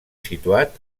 situat